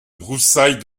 broussailles